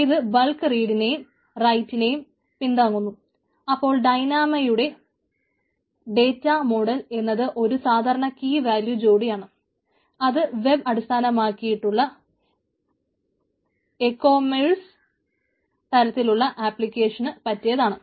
ഇത് ബൾക്ക് റീഡിനെയും തരത്തിലുള്ള ആപ്ലിക്കേഷന് പറ്റിയതാണ്